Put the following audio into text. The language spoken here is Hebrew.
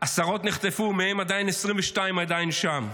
עשרות נחטפו, ומהם 22 עדיין שם.